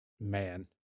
Man